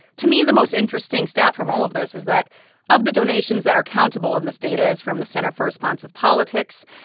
to me, the most interesting stat from all of this is that of the donations that are countable and this data is from the center for responsive politics.